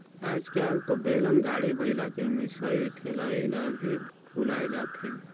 आयज कायल तो बेलन, गाड़ी, बइला के मिसई ठेलई ल भी भूलाये जाथे